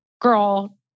girl